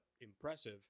impressive